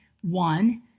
One